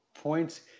points